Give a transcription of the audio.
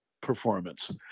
performance